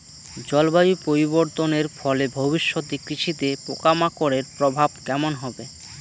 জলবায়ু পরিবর্তনের ফলে ভবিষ্যতে কৃষিতে পোকামাকড়ের প্রভাব কেমন হবে?